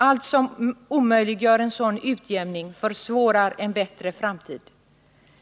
Allt som omöjliggör en sådan utjämning försvårar en bättre framtid.